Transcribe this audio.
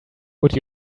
would